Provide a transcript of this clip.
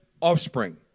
offspring